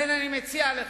לכן, אני מציע לך: